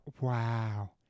wow